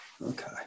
Okay